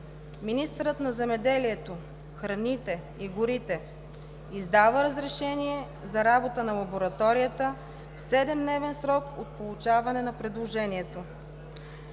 Министърът на земеделието, храните и горите издава разрешение за работа на лабораторията в 7-дневен срок от получаването на предложението.